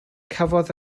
cafodd